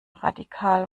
radikal